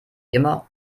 immer